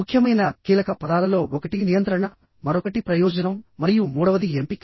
ముఖ్యమైన కీలక పదాలలో ఒకటి నియంత్రణ మరొకటి ప్రయోజనం మరియు మూడవది ఎంపిక